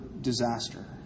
disaster